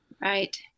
Right